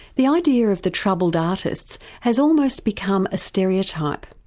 the idea of the troubled artists has almost become a stereotype,